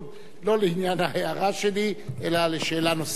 לא לעניין ההערה שלי אלא לשאלה נוספת.